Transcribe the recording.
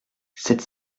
sept